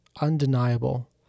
undeniable